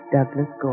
Douglas